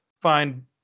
find